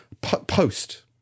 post